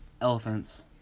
Elephants